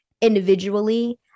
individually